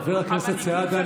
חבר הכנסת סעדה,